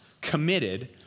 committed